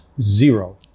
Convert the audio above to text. zero